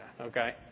okay